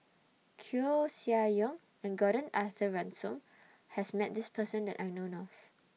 Koeh Sia Yong and Gordon Arthur Ransome has Met This Person that I know of